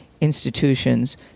institutions